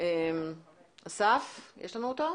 מצטרף אלינו ב-זום.